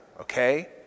okay